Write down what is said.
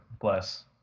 Bless